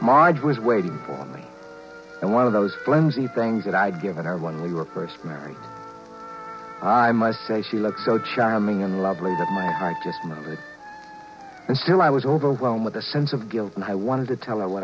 marge was waiting for me and one of those plans eat things that i'd given her when we were first married i must say she looked so charming and lovely and still i was overwhelmed with a sense of guilt and i wanted to tell whe